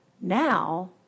now